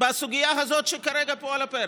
בסוגיה הזו שכרגע פה על הפרק,